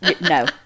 No